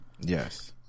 yes